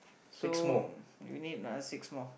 so you need another six more